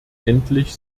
endlich